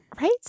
right